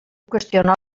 qüestionar